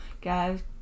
guys